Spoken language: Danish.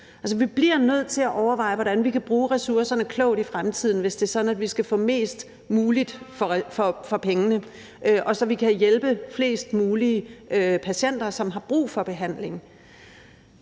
Vi bliver nødt til at overveje, hvordan vi kan bruge ressourcerne klogt i fremtiden, hvis det er sådan, at vi skal få mest muligt for pengene, så vi kan hjælpe flest mulige patienter, som har brug for behandling.